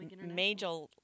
Major